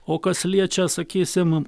o kas liečia sakysim